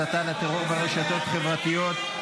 הסתה לטרור ברשתות חברתיות),